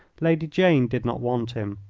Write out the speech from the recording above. lady jane did not want him.